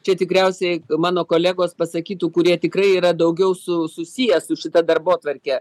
čia tikriausiai mano kolegos pasakytų kurie tikrai yra daugiau su susiję su šita darbotvarke